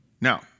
Now